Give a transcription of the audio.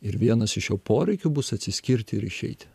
ir vienas iš jo poreikių bus atsiskirti ir išeiti